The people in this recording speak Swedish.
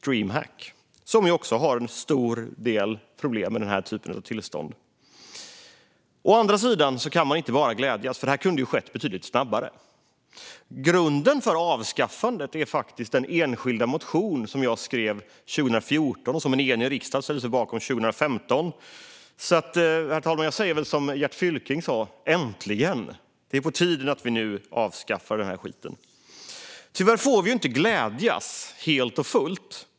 Den har också en stor del problem med den här typen av tillstånd. Å andra sidan kan man inte bara glädjas. Det hade kunnat ske betydligt snabbare. Grunden för avskaffandet är den enskilda motion som jag skrev 2014 och som en enig riksdag ställde sig bakom 2015. Herr talman! Jag säger väl som Gert Fylking sa: Äntligen! Det är på tiden att vi nu avskaffar den här skiten. Tyvärr får vi inte glädjas helt och fullt.